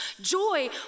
joy